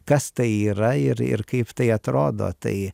kas tai yra ir ir kaip tai atrodo tai